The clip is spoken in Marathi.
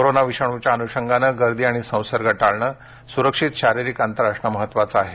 कोरोना विषाणूच्या अनुषंगाने गर्दी आणि संसर्ग टाळणे सुरक्षित शारीरिक अंतर असणं महत्त्वाचं आहे